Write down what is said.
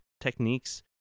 techniques